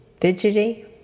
Fidgety